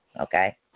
Okay